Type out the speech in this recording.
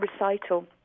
recital